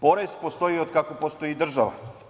Porez postoji od kako postoji i država.